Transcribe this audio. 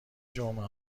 جمعه